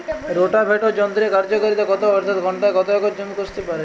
Rotavator যন্ত্রের কার্যকারিতা কত অর্থাৎ ঘণ্টায় কত একর জমি কষতে পারে?